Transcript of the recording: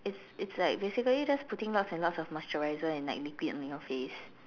it's it's like basically just putting lots and lots of moisturizer and like liquid onto your face